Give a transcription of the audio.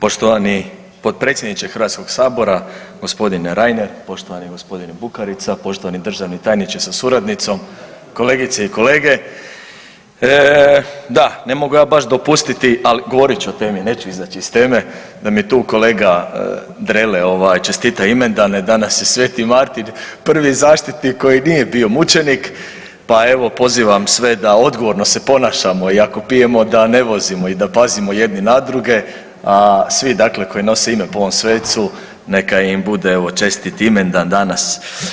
Poštovani potpredsjedniče Hrvatskog sabora gospodine Reiner, poštovani gospodine Bukarica, poštovani državni tajniče sa suradnicom, kolegice i kolege, da ne mogu ja baš dopustiti, ali govorit ću o temi, neću izaći iz teme da mi tu kolega Drele ovaj čestita imendane, danas je Sveti Martin prvi zaštitnik koji nije bio mučenik, pa evo pozivam sve da odgovorno se ponašamo i ako pijemo da ne vozimo i da pazimo jedni na druge, a svi dakle koji nose ime po ovom svecu neka im bude evo čestit imendan danas.